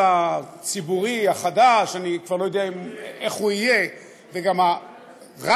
(שידורי חדשות בין-לאומיים שמקורם בישראל), התשע"ז